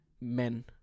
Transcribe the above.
men